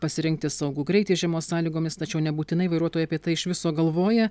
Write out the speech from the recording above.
pasirinkti saugų greitį žiemos sąlygomis tačiau nebūtinai vairuotojai apie tai iš viso galvoja